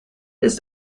ist